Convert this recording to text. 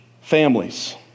families